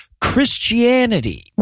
Christianity